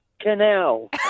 Canal